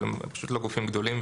אבל הם פשוט לא גופים גדולים.